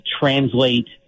translate